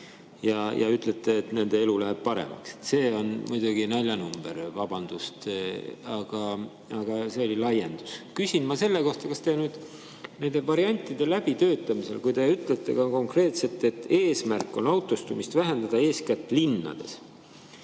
ja ütlete, et nende elu läheb paremaks. See on muidugi naljanumber, vabandust! Aga see oli laiendus. Küsin ma selle kohta, kas te nende variantide läbitöötamisel – kui te ütlete ka konkreetselt, et eesmärk on autostumist vähendada eeskätt linnades